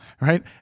right